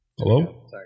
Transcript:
Hello